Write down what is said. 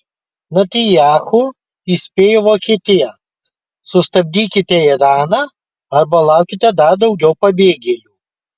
netanyahu įspėjo vokietiją sustabdykite iraną arba laukite dar daugiau pabėgėlių